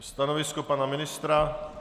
Stanovisko pana ministra?